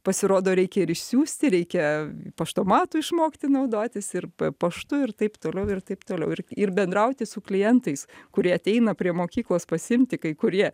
pasirodo reikia ir išsiųsti reikia paštomatu išmokti naudotis ir paštu ir taip toliau ir taip toliau ir ir bendrauti su klientais kurie ateina prie mokyklos pasiimti kai kurie